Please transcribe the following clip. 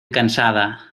cansada